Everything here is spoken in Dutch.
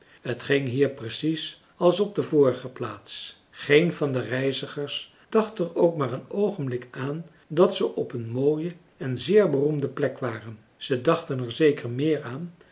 t ging hier precies als op de vorige plaats geen van de reizigers dacht er ook maar een oogenblik aan dat ze op een mooie en zeer beroemde plek waren ze dachten er zeker meer aan